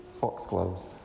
foxgloves